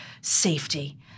safety